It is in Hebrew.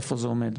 איפה זה עומד,